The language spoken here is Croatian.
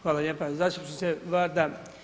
Hvala lijepo zastupniče Varda.